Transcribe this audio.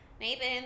Nathan